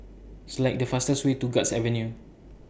Select The fastest Way to Guards Avenue